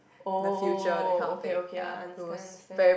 oh okay okay I understand understand